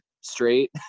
straight